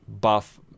buff